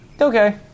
okay